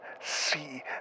see